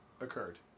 occurred